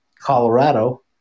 Colorado